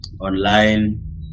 online